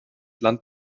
land